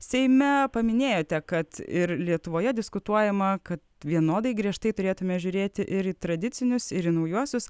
seime paminėjote kad ir lietuvoje diskutuojama kad vienodai griežtai turėtume žiūrėti ir į tradicinius ir į naujuosius